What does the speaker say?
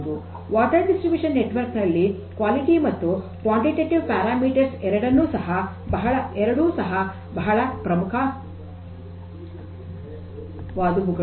ನೀರಿನ ವಿತರಣೆಯ ನೆಟ್ವರ್ಕ್ ನಲ್ಲಿ ಕ್ವಾಲಿಟಿ ಮತ್ತು ಕ್ವಾಂಟಿಟೀಟಿವ್ ಪ್ಯಾರಾಮೀಟರ್ಸ್ ಎರಡನ್ನೂ ಸಹ ಬಹಳ ಪ್ರಮುಖವಾದವುಗಳು